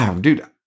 dude